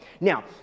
Now